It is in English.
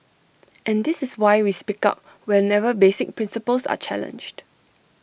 and this is why we speak up whenever basic principles are challenged